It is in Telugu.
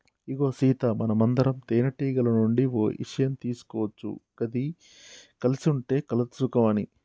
ఇగో సీత మనందరం తేనెటీగల నుండి ఓ ఇషయం తీసుకోవచ్చు గది కలిసి ఉంటే కలదు సుఖం అని